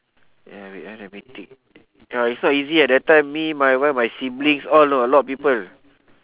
ya wait ah let me think ya it's not easy eh that time me my wife my siblings !alah! a lot of people